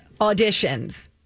auditions